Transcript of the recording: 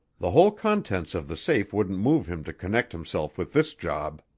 the whole contents of the safe wouldn't move him to connect himself with this job.